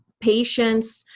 patients,